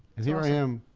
and here i am,